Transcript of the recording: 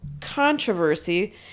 controversy